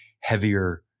heavier